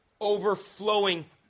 overflowing